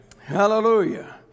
Hallelujah